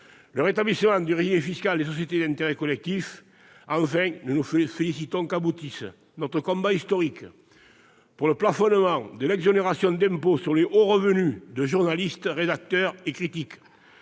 le rétablissement du régime fiscal des sociétés d'intérêt collectif. Enfin, nous nous félicitons qu'aboutisse notre combat historique pour le plafonnement de l'exonération d'impôt sur les hauts revenus de journalistes, rédacteurs et critiques